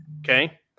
Okay